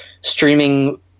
streaming